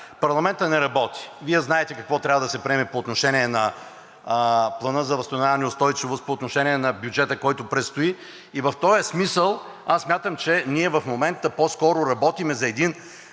парламентът не работи. Вие знаете какво трябва да се приеме по отношение на Плана за възстановяване и устойчивост, по отношение на бюджета, който предстои. В този смисъл аз смятам, че ние в момента по-скоро работим за един